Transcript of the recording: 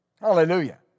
Hallelujah